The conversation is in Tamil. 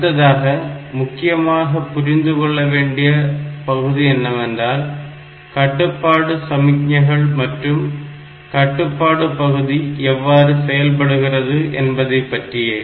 அடுத்ததாக முக்கியமாக புரிந்து கொள்ளவேண்டிய பகுதி என்னவென்றால் கட்டுப்பாட்டு சமிக்ஞைகள் மற்றும் கட்டுப்பாட்டு பகுதி எவ்வாறு செயல்படுகிறது என்பதைப் பற்றியே